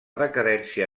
decadència